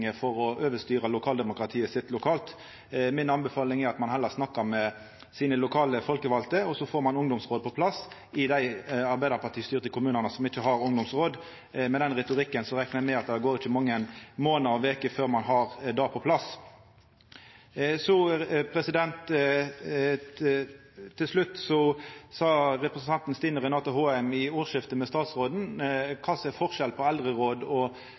for å overstyra lokaldemokratiet sitt. Mi anbefaling er at ein heller snakkar med sine lokale folkevalde, og så får ein ungdomsråd på plass i dei arbeidarpartistyrte kommunane som ikkje har ungdomsråd. Med den retorikken reknar eg med at det går ikkje mange månader og veker før ein har det på plass. Så til slutt til det representanten Stine Renate Håheim tok opp i ordskiftet med statsråden, om kva som er forskjellen på dette opp mot eldreråd og